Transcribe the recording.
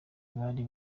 bari